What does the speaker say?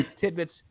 tidbits